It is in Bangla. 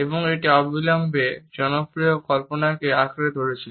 এবং এটি অবিলম্বে জনপ্রিয় কল্পনাকে আঁকড়ে ধরেছিল